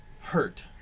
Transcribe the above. Hurt